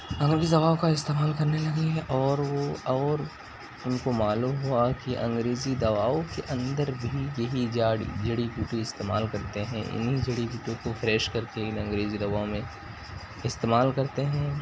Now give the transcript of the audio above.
انگریزی دواؤں کا استعمال کرنے لگے اور وہ اور ان کو معلوم ہوا کہ انگریزی دواؤں کے اندر بھی یہی جڑی جڑی بوٹی استعمال کرتے ہیں انہیں جڑی بوٹیوں کو فریش کر کے ان انگریزی دواؤں میں استعمال کرتے ہیں